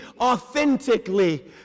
authentically